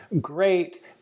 great